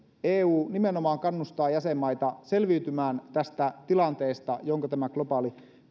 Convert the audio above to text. eu nimenomaan kannustaa jäsenmaita selviytymään tästä tilanteesta jonka tämä globaali